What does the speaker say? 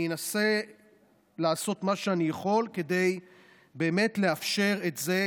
אני אנסה לעשות מה שאני יכול כדי באמת לאפשר את זה,